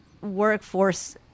workforce